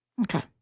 Okay